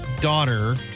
daughter